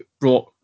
brought